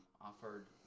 Offered